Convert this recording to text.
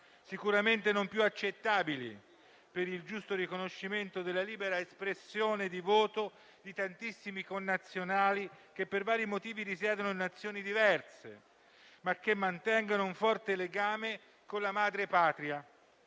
sicuramente non più accettabili, per il giusto riconoscimento della libera espressione di voto di tantissimi connazionali che, per vari motivi, risiedono in Nazioni diverse, ma che mantengono un forte legame con la madrepatria.